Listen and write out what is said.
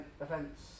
events